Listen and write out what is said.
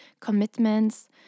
commitments